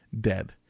dead